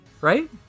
Right